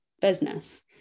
business